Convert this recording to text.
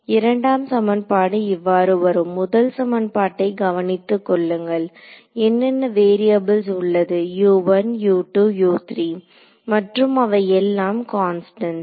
இரண்டாம் சமன்பாடு இவ்வாறு வரும் முதல் சமன்பாட்டை கவனித்துக் கொள்ளுங்கள் என்னென்ன வேரியபுள்ஸ் உள்ளது மற்றும் அவை எல்லாம் கான்ஸ்டண்ட்ஸ்